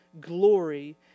glory